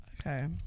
Okay